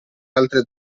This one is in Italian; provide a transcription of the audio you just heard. altre